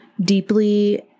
deeply